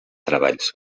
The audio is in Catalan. treballs